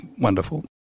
wonderful